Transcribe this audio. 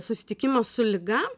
susitikimas su liga